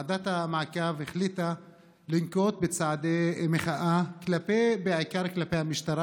ועדת המעקב החליטה לנקוט צעדי מחאה בעיקר כלפי המשטרה,